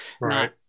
Right